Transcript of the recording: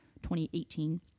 2018